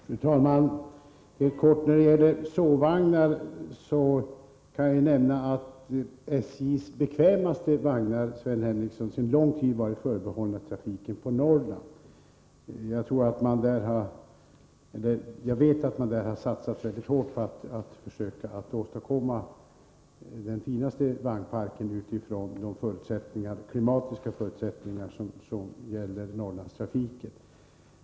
Fru talman! Låt mig helt kort nämna för Sven Henricsson att SJ:s bekvämaste sovvagnar sedan lång tid tillbaka har varit förbehållna trafiken på Norrland. Jag vet att man har satsat hårt på att försöka åstadkomma finaste möjliga vagnpark med tanke på de klimatiska förutsättningar som gäller för Norrlandstrafiken.